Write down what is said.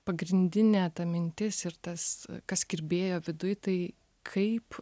pagrindinė mintis ir tas kas kirbėjo viduj tai kaip